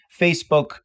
Facebook